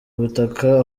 butaka